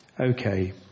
Okay